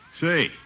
Say